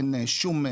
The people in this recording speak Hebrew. אין שום.